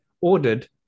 ordered